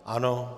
Ano.